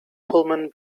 pullman